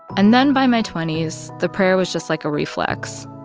and then by my twenty s, the prayer was just like a reflex.